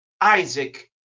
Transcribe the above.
Isaac